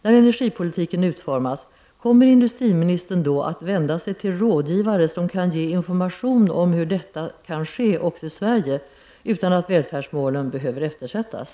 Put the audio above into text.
När energipolitiken utformas, kommer industriministern då att vända sig till rådgivare som kan ge information om hur detta kan ske också i Sverige utan att välfärdsmålen behöver eftersättas?